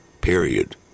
period